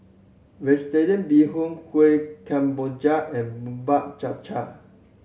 Vegetarian Bee Hoon Kueh Kemboja and Bubur Cha Cha